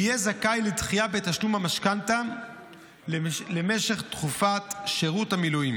יהיה זכאי לדחייה בתשלום המשכנתה למשך תקופת שירות המילואים,